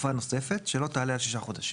בתקופה נוספת שלא תעלה על שישה חודשים.